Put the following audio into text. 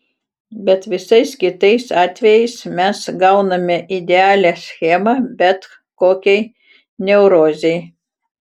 bet visais kitais atvejais mes gauname idealią schemą bet kokiai neurozei